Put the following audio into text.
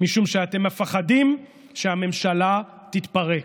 משום שאתם מפחדים שהממשלה תתפרק?